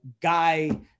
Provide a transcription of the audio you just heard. guy